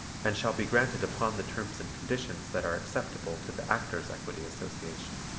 and shall be granted upon the terms and conditions that are acceptable to the actors' equity association.